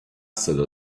صدا